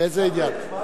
באיזה עניין?